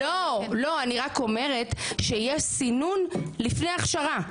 לא לא אני רק אומרת שיש סינון לפני הכשרה,